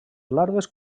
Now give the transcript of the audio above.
larves